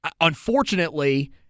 unfortunately